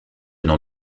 n’en